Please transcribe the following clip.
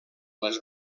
les